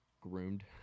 groomed